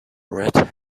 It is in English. red